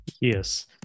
Yes